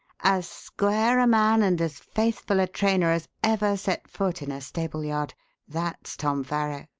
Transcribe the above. as square a man and as faithful a trainer as ever set foot in a stable-yard that's tom farrow.